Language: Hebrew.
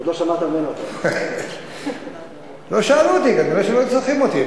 לא שאלו אותי, כנראה לא צריכים אותי.